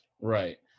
Right